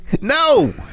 No